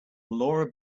laura